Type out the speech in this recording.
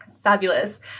Fabulous